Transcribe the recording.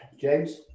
James